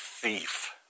thief